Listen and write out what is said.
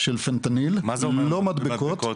של פנטניל, לא מדבקות,